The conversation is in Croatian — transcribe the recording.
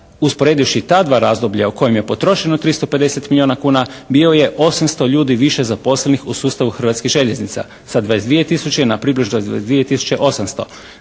usporedivši ta dva razdoblja u kojem je potrošeno 350 milijuna kuna bio je 800 ljudi više zaposlenih u sustavu Hrvatskih željeznica sa 22 tisuće na približno na 22.800.